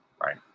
right